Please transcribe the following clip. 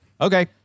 Okay